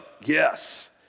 Yes